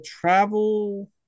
travel